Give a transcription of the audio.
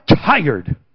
tired